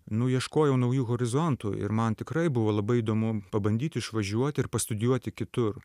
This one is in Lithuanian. nu ieškojau naujų horizontų ir man tikrai buvo labai įdomu pabandyti išvažiuoti ir pastudijuoti kitur